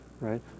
right